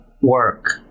work